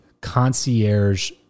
concierge